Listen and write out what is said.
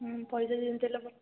ହଁ ପଇସା ଯେମିତି ହେଲେ